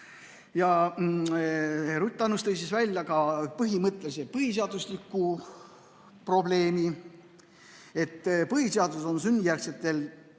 Ruth Annus tõi välja ka põhimõttelise põhiseadusliku probleemi, et põhiseaduses on sünnijärgsetelt